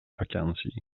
vakantie